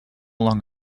longer